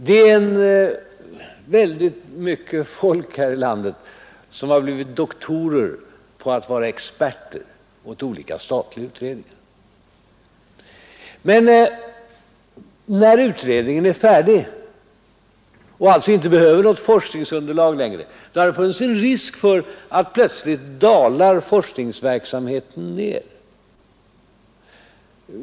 Det är många människor här i landet som blivit doktorer på att vara experter åt olika statliga utredningar. Men när utredningen är färdig och alltså inte mer behöver något forskningsunderlag har det funnits risk för att forskningsverksamheten på området plötsligt skulle dala.